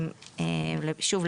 שוב,